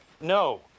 No